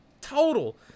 total